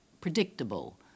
predictable